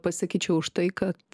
pasikyčiau už tai kad